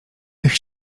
tych